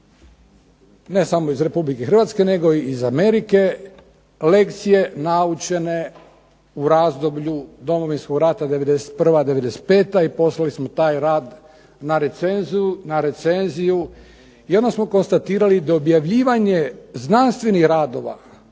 ne samo iz Republike Hrvatske nego i iz Amerike, lekcije naučene u razdoblju Domovinskog rata 91. 95. i poslali smo taj rad na recenziju, i onda smo konstatirali da objavljivanje znanstvenih radova